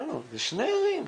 זה שני עמים.